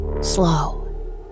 Slow